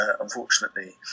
unfortunately